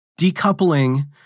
decoupling